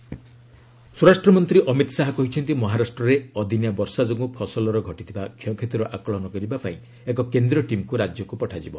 ଅମିତ ଶାହା ସ୍ୱରାଷ୍ଟ୍ର ମନ୍ତ୍ରୀ ଅମିତ ଶାହା କହିଚ୍ଚନ୍ତି ମହାରାଷ୍ଟ୍ରରେ ଅଦିନିଆ ବର୍ଷା ଯୋଗୁଁ ଫସଲରେ ଘଟିଥିବା କ୍ଷୟକ୍ଷତିର ଆକଳନ କରିବା ପାଇଁ ଏକ କେନ୍ଦ୍ରୀୟ ଟିମ୍କୁ ରାଜ୍ୟକୁ ପଠାଯିବ